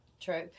true